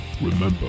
Remember